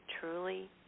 truly